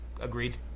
Agreed